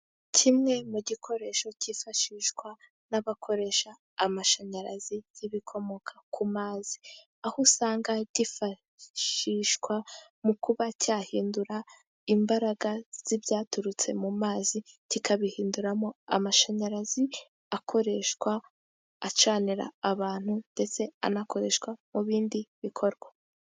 Kimwe mu gikoresho, cyifashishwa n'abakoresha amashanyarazi y'ibikomoka ku mazi, aho usanga kifashishwa mu kuba cyahindura imbaraga z'ibyaturutse mu mazi, kikabihinduramo amashanyarazi akoreshwa, acanira abantu ndetse anakoreshwa mu bindi bikorwa.